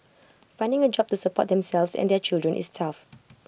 finding A job to support themselves and their children is tough